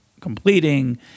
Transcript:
completing